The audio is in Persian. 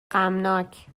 غمناک